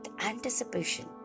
anticipation